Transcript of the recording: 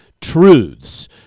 truths